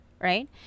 right